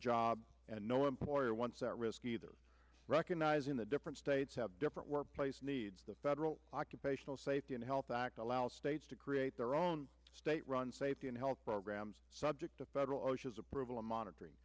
job and no employer wants that risk either recognizing the different states have different workplace needs the federal occupational safety and health act allows states to create their own state run safety and health programs subject to federal osha's approval and monitoring